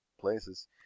places